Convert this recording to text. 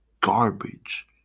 garbage